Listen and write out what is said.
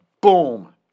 boom